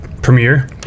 Premiere